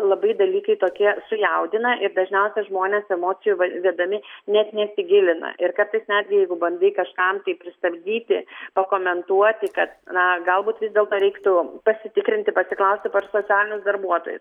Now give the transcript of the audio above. labai dalykai tokie sujaudina ir dažniausia žmonės emocijų va vedami net nesigilina ir kartais netgi jeigu bandai kažkam tai pristabdyti pakomentuoti kad na galbūt vis dėlto reiktų pasitikrinti pasiklausti socialiniais darbuotojais